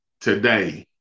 today